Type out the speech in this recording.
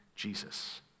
Jesus